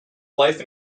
life